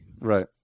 Right